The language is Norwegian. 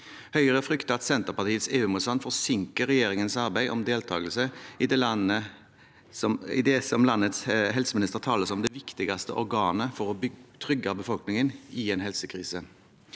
Høyre frykter at Senterpartiets EU-motstand forsinker regjeringens arbeid for deltagelse i det som landets helseminister omtaler som det viktigste organet for å trygge befolkningen i en helsekrise.